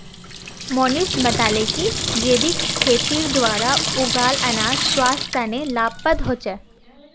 मनीष बताले कि जैविक खेतीर द्वारा उगाल अनाज स्वास्थ्य तने लाभप्रद ह छे